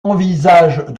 envisage